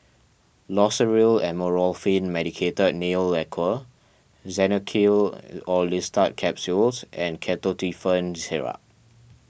Loceryl Amorolfine Medicated Nail Lacquer Xenical Orlistat Capsules and Ketotifen Syrup